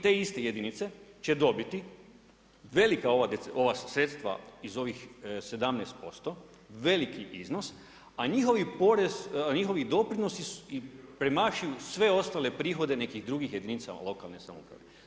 Te iste jedinice će dobiti velika ova sredstva iz ovih 17%, veliki iznos, a njihovi doprinosi premašuju sve ostale prihode nekih drugih jedinica lokalne samouprave.